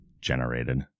generated